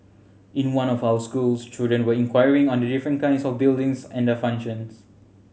in one of our schools children were inquiring on the different kinds of buildings and their functions